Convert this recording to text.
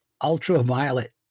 ultraviolet